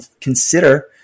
Consider